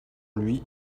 lui